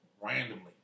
randomly